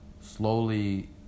slowly